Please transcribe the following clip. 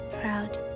proud